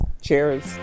Cheers